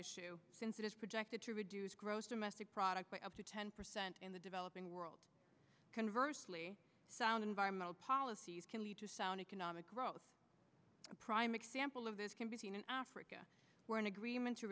issue since it is projected to reduce gross domestic product by up to ten percent in the developing world converse sound environmental policies can lead to sound economic growth a prime example of this can be seen in africa where an agreement to